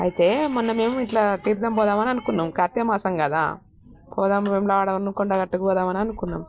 అయితే మొన్న మేము ఇలా తీర్థం పోదామని అనుకున్నాం కార్తీక మాసం కదా పోదాము మెం ఇలా ఆనుకున్నాం గట్టకి పోదామని అనుకున్నాం